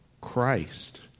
Christ